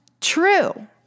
true